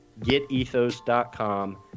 Getethos.com